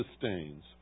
sustains